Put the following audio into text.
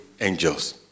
angels